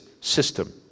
system